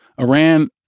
Iran